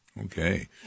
Okay